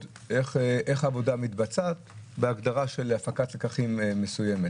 איך העבודה מתבצעת בהגדרה של הפקת לקחים מסוימת.